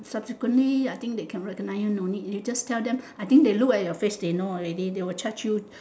subsequently I think they can recognise you no need you just tell them I think they look at your face they know already they will charge you